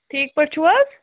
ٹھیٖک پٲٹھۍ چھُو حظ